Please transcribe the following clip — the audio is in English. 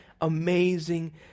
amazing